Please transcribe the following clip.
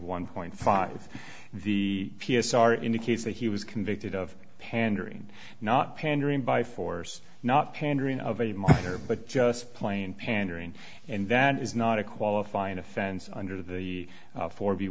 one point five the p s r indicates that he was convicted of pandering not pandering by force not pandering of a minor but just plain pandering and that is not a qualifying offense under the